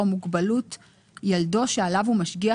"מוגבלות או מוגבלות ילדו שעליו הוא משגיח,